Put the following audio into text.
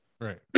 Right